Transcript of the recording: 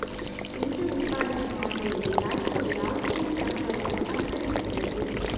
ಬೀಜ ಉತ್ಪಾದನೆ ಮಾಡುವಲ್ಲಿ ರಾಜ್ಯವು ಯಾವುದೆಲ್ಲ ಕ್ರಮಗಳನ್ನು ಅನುಕರಿಸುತ್ತದೆ?